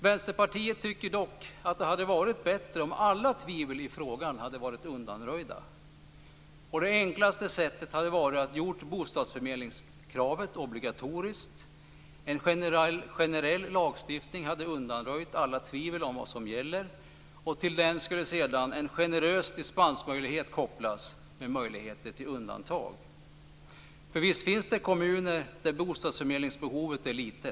Vänsterpartiet tycker dock att det hade varit bättre om alla tvivel i frågan hade varit undanröjda. Det enklaste sättet hade varit att göra bostadsförmedlingskravet obligatoriskt. En generell lagstiftning hade undanröjt alla tvivel om vad som gäller. Till den skulle sedan en generös dispensmöjlighet kopplas med möjligheter till undantag. Visst finns det kommuner där bostadsförmedlingsbehovet är litet.